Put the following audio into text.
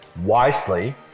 wisely